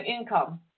income